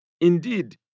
Indeed